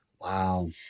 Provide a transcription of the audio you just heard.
Wow